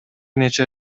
нече